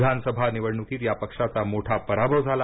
विधानसभा निवडणुकीत या पक्षाचा मोठा पराभव झाला